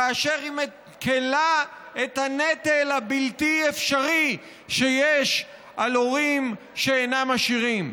כאשר היא מקילה את הנטל הבלתי-אפשרי שיש על הורים שאינם עשירים.